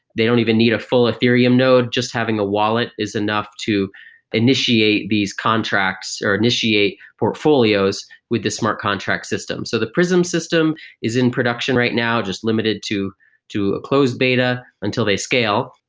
they don't even need a full ethereum node. just having the wallet is enough to initiate these contracts or initiate portfolios with the smart contract systems. so the prism system is in production right now, just limited to to a close beta until they scale.